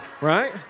Right